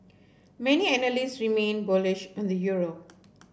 many analysts remain bullish on the euro